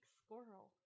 squirrel